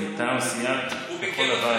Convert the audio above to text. מטעם סיעת כחול לבן, חבר הכנסת איתן גינזבורג.